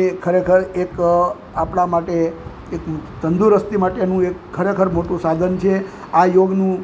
એ ખરેખર એક આપણા માટે એક તંદુરસ્તી માટેનું એક ખરેખર મોટું સાધન છે આ યોગનું